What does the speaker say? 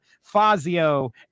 Fazio